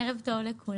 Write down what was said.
ערב טוב לכולם.